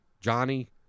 Johnny